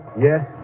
Yes